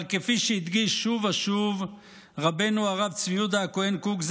אבל כפי שהדגיש שוב ושוב רבנו הרב צבי יהודה הכהן קוק,